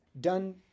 done